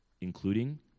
Including